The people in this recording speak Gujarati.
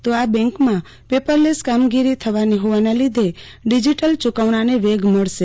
તો આ બેન્કમાં પેપરલેસ કામગીરી થવાની જોવાના લીધે ડિઝીટલ ચુકવણાને વેગ મળશે